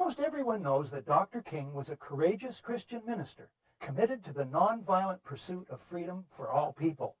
most everyone knows that dr king was a courageous christian minister committed to the nonviolent pursuit of freedom for all people